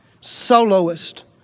soloist